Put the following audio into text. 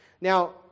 Now